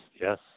yes